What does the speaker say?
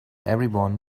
everyone